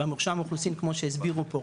במרשם אוכלוסין כמו שהסבירו פה,